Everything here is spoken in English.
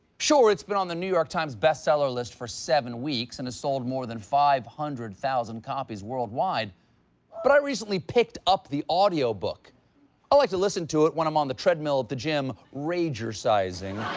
sure, it's been on the new york times bestseller list for seven weeks and has sold more than five hundred thousand copies worldwide but i recently picked up the audio book. i like to listen to it when i'm on the treadmill at the gym rager-sizing.